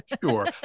Sure